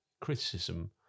criticism